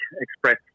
express